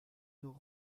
nos